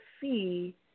see